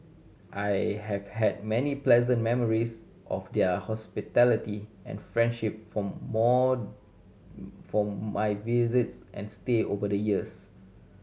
I have had many pleasant memories of their hospitality and friendship from more from my visits and stay over the years